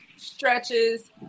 stretches